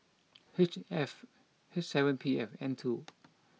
H F P seven P and N two